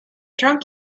drunk